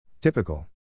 Typical